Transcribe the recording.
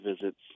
visits